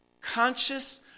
conscious